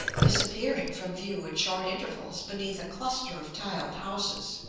disappearing from view at short intervals beneath a cluster of tiled houses.